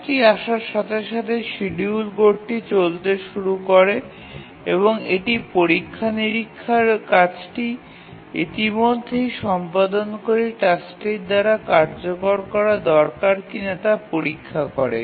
কাজটি আসার সাথে সাথে শিডিউল কোডটি চলতে শুরু করে এবং এটি পরীক্ষা নিরীক্ষার কাজটি ইতিমধ্যে সম্পাদনকারী টাস্কটির দ্বারা কার্যকর করা দরকার কিনা তা পরীক্ষা করে